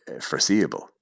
foreseeable